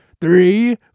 three